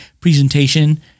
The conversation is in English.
presentation